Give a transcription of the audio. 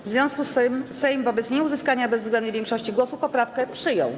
W związku z tym Sejm, wobec nieuzyskania bezwzględnej większości głosów, poprawkę przyjął.